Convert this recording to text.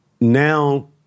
now